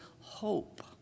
hope